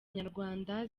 nyarwanda